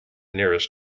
nearest